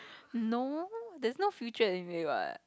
no there's no future in it what